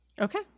Okay